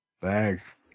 Thanks